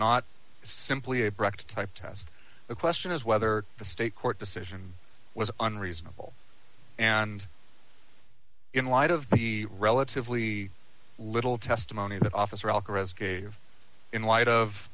not simply a brecht type test the question is whether the state court decision was unreasonable and in light of the relatively little testimony that officer al caress gave in light of